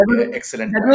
excellent